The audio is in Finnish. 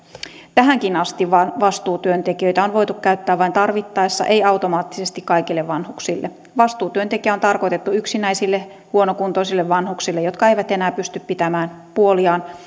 tähänkin asti vastuutyöntekijöitä on voitu käyttää vain tarvittaessa ei automaattisesti kaikille vanhuksille vastuutyöntekijä on tarkoitettu yksinäisille huonokuntoisille vanhuksille jotka eivät enää pysty pitämään puoliaan